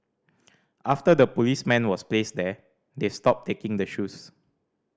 after the policeman was placed there they've stopped taking the shoes